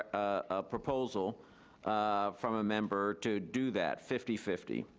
ah a proposal from a member to do that fifty fifty.